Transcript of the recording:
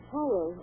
Hello